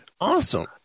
Awesome